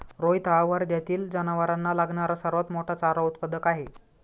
रोहित हा वर्ध्यातील जनावरांना लागणारा सर्वात मोठा चारा उत्पादक आहे